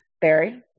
Barry